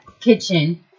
kitchen